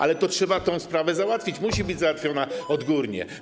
Ale trzeba tę sprawę załatwić, musi być załatwiona odgórnie.